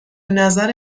نظر